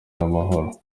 n’amahoro